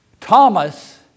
Thomas